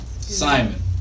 Simon